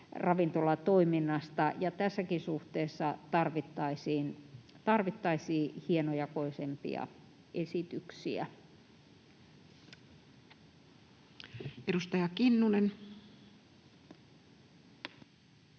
ravintolatoiminnasta, ja tässäkin suhteessa tarvittaisiin hienojakoisempia esityksiä. [Speech